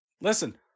listen